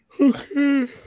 Okay